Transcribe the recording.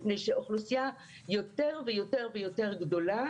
מפני שאוכלוסייה יותר ויותר גדולה,